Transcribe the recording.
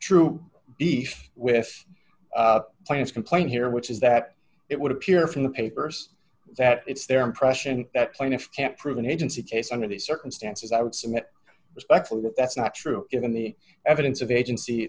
true beef with clients complaint here which is that it would appear from the papers that it's their impression that plaintiff can't prove an agency case under these circumstances i would submit respectfully that that's not true given the evidence of agency